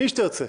מי שתרצה,